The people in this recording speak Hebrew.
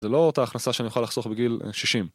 זה לא אותה הכנסה שאני אוכל לחסוך בגיל 60